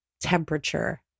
temperature